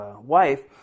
wife